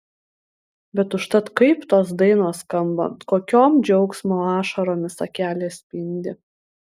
bet užtat kaip tos dainos skamba kokiom džiaugsmo ašaromis akelės spindi